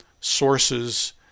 sources